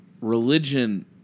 religion